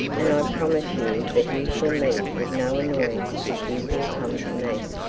and i promise you that you shall meet with no annoyance if you will come to me.